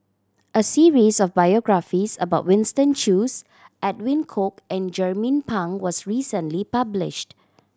a series of biographies about Winston Choos Edwin Koek and Jernnine Pang was recently published